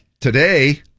today